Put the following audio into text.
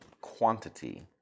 quantity